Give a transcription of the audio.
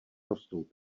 rostou